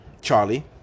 Charlie